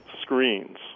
screens